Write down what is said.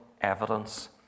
evidence